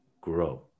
grow